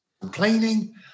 complaining